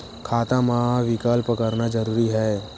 खाता मा विकल्प करना जरूरी है?